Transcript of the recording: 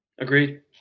Agreed